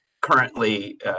currently